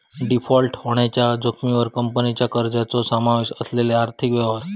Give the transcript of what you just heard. default होण्याच्या जोखमीवर कंपनीच्या कर्जाचो समावेश असलेले आर्थिक व्यवहार